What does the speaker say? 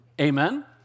Amen